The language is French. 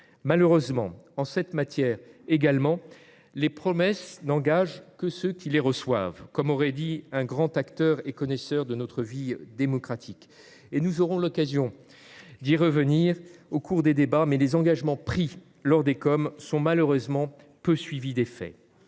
Hélas, en cette matière également, « les promesses n'engagent que ceux qui les reçoivent », comme aurait dit un grand acteur et connaisseur de notre vie démocratique. Nous aurons l'occasion d'y revenir au cours des débats, mais les engagements pris dans les COM sont souvent peu suivis d'effets.